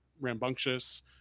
rambunctious